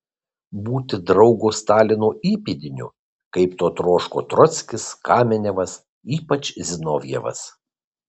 būti draugo stalino įpėdiniu kaip to troško trockis kamenevas ypač zinovjevas